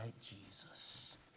Jesus